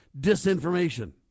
disinformation